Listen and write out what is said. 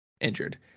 injured